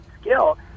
skill